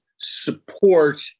support